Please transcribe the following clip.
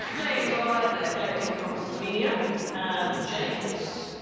james on the right they're collecting from slovenia and james